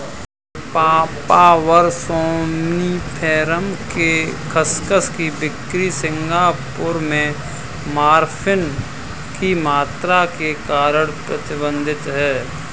papaver somniferum के खसखस की बिक्री सिंगापुर में मॉर्फिन की मात्रा के कारण प्रतिबंधित है